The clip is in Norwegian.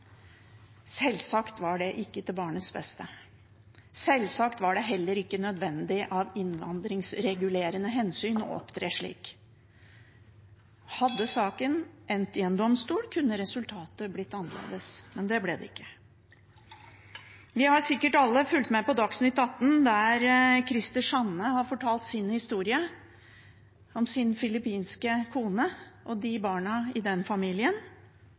Selvsagt var det ikke til barnas beste. Selvsagt var det heller ikke nødvendig av innvandringsregulerende hensyn å opptre slik. Hadde saken endt i en domstol, kunne resultatet blitt annerledes. Men det ble det ikke. Vi har sikkert alle fulgt med på Dagsnytt atten der Christer Sanne har fortalt sin historie om sin filippinske kone og barna i den familien,